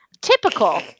Typical